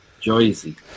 Jersey